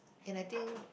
and I think